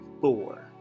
four